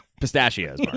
Pistachios